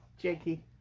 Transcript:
Jakey